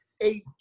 eight